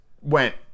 went